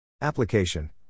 Application